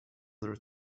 their